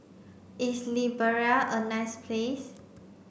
is Liberia a nice place